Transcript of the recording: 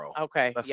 Okay